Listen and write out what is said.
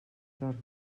tornen